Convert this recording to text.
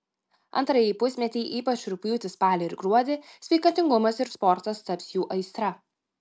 antrąjį pusmetį ypač rugpjūtį spalį ir gruodį sveikatingumas ir sportas taps jų aistra